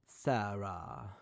Sarah